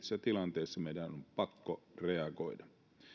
tilanteessa meidän on pakko reagoida